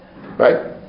right